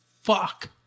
Fuck